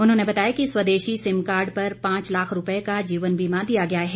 उन्होंने बताया कि स्वदेशी सिम कार्ड पर पांच लाख रूपए का जीवन बीमा दिया गया है